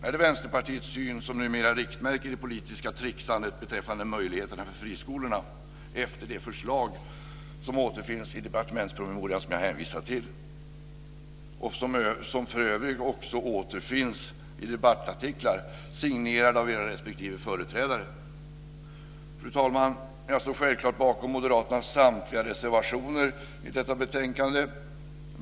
Är det Vänsterpartiets syn som numera är riktmärke i det politiska tricksandet beträffande möjligheterna för friskolorna efter de förslag som återfinns i den departementspromemoria som jag hänvisade till och som för övrigt också återfinns i debattartiklar signerade av era respektive företrädare? Fru talman! Jag står självfallet bakom Moderaternas samtliga reservationer till detta betänkande.